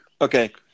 Okay